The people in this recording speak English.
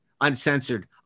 uncensored